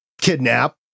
kidnap